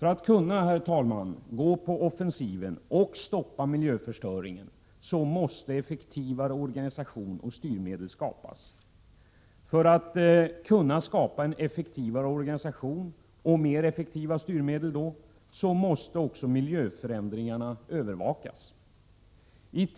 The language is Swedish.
Herr talman! För att vi skall kunna gå på offensiven och stoppa miljöförstöringen måste effektivare organisation och styrmedel skapas. För att vi skall kunna skapa effektivare organisation och effektivare styrmedel måste också miljöförändringarna övervakas.